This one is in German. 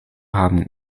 haben